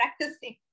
practicing